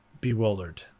bewildered